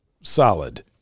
solid